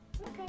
Okay